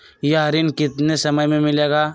यह ऋण कितने समय मे मिलेगा?